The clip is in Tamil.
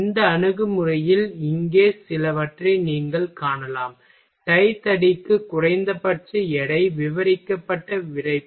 இந்த அணுகுமுறையில் இங்கே சிலவற்றை நீங்கள் காணலாம் டை தடிக்கு குறைந்தபட்ச எடை விவரிக்கப்பட்ட விறைப்பு